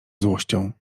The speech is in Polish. złością